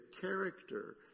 character